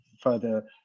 further